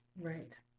right